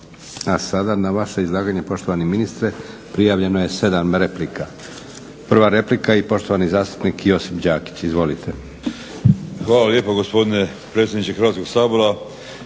A sada na vaše izlaganje poštovani ministre prijavljeno je 7 replika. Prva replika i poštovani zastupnik Josip Đakić. Izvolite. **Đakić, Josip (HDZ)** Hvala lijepo gospodine predsjedniče Hrvatskog sabora.